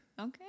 Okay